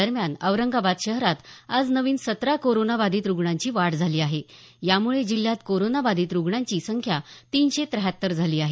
दरम्यान औरंगाबाद शहरात आज नवीन सतरा कोरोनाबाधित रुग्णांची वाढ झाली आहे यामुळे जिल्ह्यात कोरोनाबाधित रुग्णांची संख्या तीनशे त्याहत्तर झाली आहे